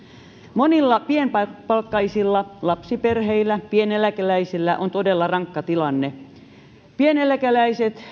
monilla pienipalkkaisilla lapsiperheillä pieneläkeläisillä on todella rankka tilanne pieneläkeläisillä